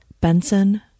Benson